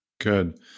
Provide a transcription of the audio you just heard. Good